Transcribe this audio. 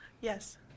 yes